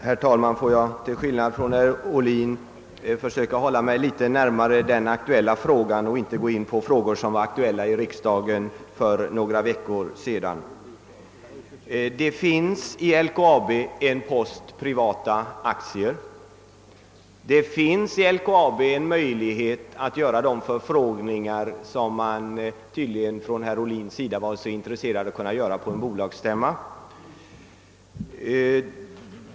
Herr talman! Till skillnad från herr Ohlin skall jag här försöka hålla mig litet närmare den aktuella frågan och inte gå in på spörsmål som var aktuella här i riksdagen för några veckor sedan. Det finns i LKAB en post privata aktier, och man kan sålunda i det bolaget göra de förfrågningar som herr Ohlin tydligen är mycket intresserad av att kunna göra på en bolagsstämma.